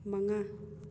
ꯃꯉꯥ